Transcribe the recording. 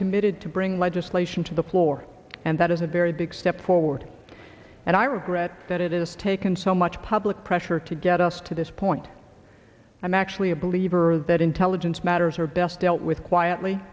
committed to bring legislation to the floor and that is a very big step forward and i regret that it is taken so much public pressure to get us to this point i'm actually a believer that intelligence matters are best dealt with quietly